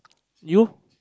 you